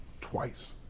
twice